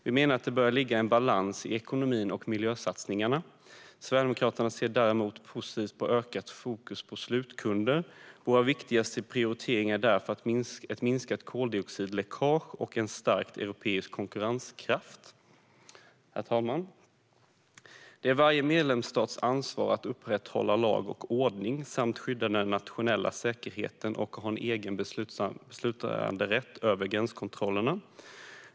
Vi menar att det bör ligga en balans i ekonomin och miljösatsningarna. Sverigedemokraterna ser däremot positivt på ökat fokus på slutkunder. Våra viktigaste prioriteringar är därför ett minskat koldioxidläckage och en stärkt europeisk konkurrenskraft. Herr talman! Det är varje medlemsstats ansvar att upprätthålla lag och ordning, att skydda den nationella säkerheten och att ha egen beslutanderätt över gränskontrollerna.